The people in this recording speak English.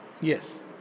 Yes